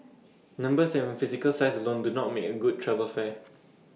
numbers and physical size lone do not make A good travel fair